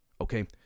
Okay